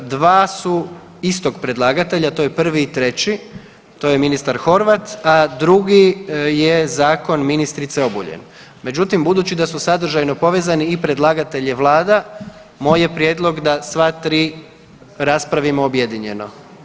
2 su istog predlagatelja to je 1 i 3, to je ministar Horvat, a drugi je zakon ministrice Obuljen, međutim budući da su sadržajno povezani i predlagatelj je Vlada, moj je prijedlog da sva tri raspravimo objedinjeno.